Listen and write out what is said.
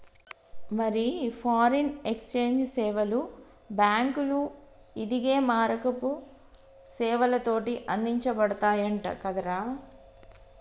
మరి foreign exchange సేవలు బాంకులు, ఇదిగే మారకపు సేవలతోటి అందించబడతయంట కదరా